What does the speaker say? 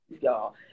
y'all